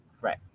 Right